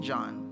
John